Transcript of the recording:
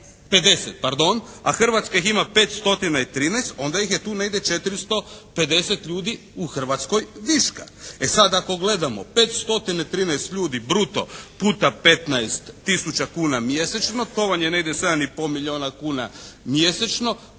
50 pardon, a Hrvatska ih ima 513 onda ih je tu negdje 450 ljudi u Hrvatskoj viška. E sad ako gledamo 513 ljudi bruto puta 15000 kuna mjesečno to vam je negdje 7 i pol milijuna kuna mjesečno